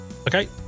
Okay